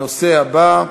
הנושא הבא: